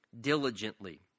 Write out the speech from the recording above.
diligently